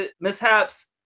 mishaps